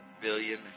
billion